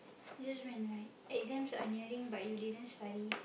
that's when like exams are nearing but you didn't study